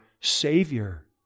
Savior